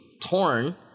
torn